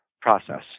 process